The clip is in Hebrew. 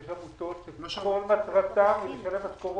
יש עמותות שכל מטרתן הוא לשלם משכורות.